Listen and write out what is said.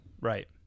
Right